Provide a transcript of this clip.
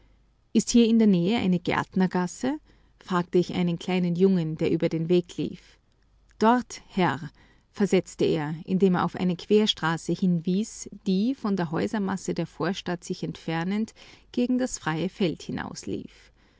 ist hier in der nähe eine gärtnergasse fragte ich einen kleinen jungen der über den weg lief dort herr versetzte er indem er auf eine querstraße hinwies die von der häusermasse der vorstadt sich entfernend gegen das freie feld hinaus